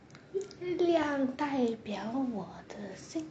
月亮代表我的心